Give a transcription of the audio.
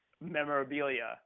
Memorabilia